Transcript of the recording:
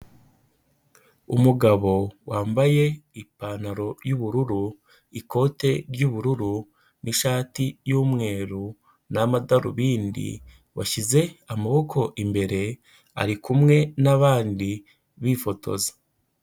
Umugabo wambaye ipantaro y'ubururu, ikote ry'ubururu n'ishati y'umweru n'amadarubindi washyize amaboko imbere ari kumwe n'abandi bifotoza.